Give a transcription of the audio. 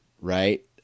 right